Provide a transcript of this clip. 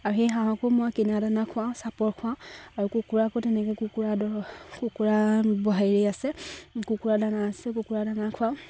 আৰু সেই হাঁহকো মই কিনা দানা খুৱাওঁ চাপৰ খুৱাওঁ আৰু কুকুৰাকো তেনেকে কুকুৰা দৰব কুকুৰা বাহিৰ আছে কুকুৰা দানা আছে কুকুৰা দানা খুৱাওঁ